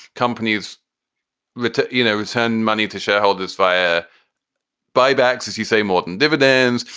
companies but you know, send money to shareholders via buybacks, as you say, more than dividends.